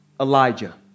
Elijah